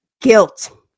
Guilt